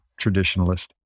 traditionalist